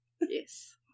Yes